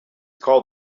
called